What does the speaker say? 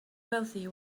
wealthy